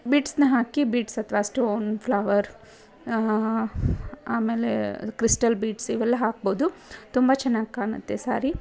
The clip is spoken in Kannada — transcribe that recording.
ಬಿಡ್ಸ್ನ ಹಾಕಿ ಬೀಡ್ಸ್ ಅಥವಾ ಸ್ಟೋನ್ ಫ್ಲವರ್ ಆಮೇಲೆ ಅದು ಕ್ರಿಸ್ಟಲ್ ಬೀಡ್ಸ್ ಇವೆಲ್ಲ ಹಾಕ್ಬೋದು ತುಂಬ ಚೆನ್ನಾಗಿ ಕಾಣುತ್ತೆ ಸಾರಿ